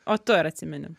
o tu ar atsimeni